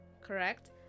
correct